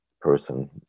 person